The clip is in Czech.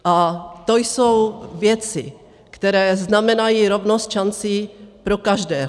A to jsou věci, které znamenají rovnost šancí pro každého.